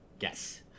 Yes